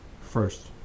First